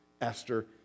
Esther